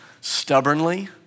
stubbornly